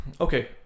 Okay